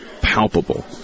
palpable